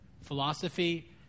philosophy